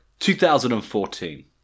2014